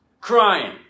crying